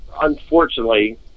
unfortunately